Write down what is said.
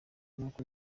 nuko